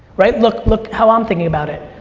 right, look look how i'm thinking about it.